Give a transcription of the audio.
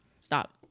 Stop